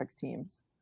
teams